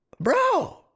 Bro